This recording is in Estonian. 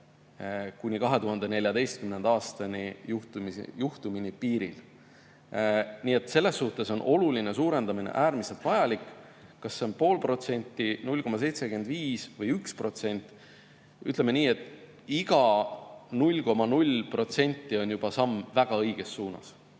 kuni 2014. aastani, juhtumini piiril. Nii et selles suhtes on oluline suurendamine äärmiselt vajalik. Kas see on 0,5%, 0,75% või 1%? Ütleme nii, et iga 0,0% on juba samm väga õiges suunas.